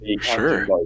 sure